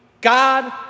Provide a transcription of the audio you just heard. God